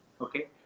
Okay